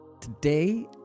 Today